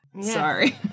Sorry